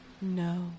No